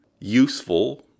useful